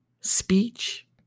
speech